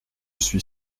suis